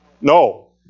No